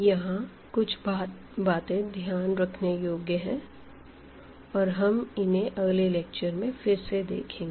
यहाँ कुछ बातें ध्यान रखने योग्य है और हम इन्हें अगले लेक्चर में फिर से देखेंगे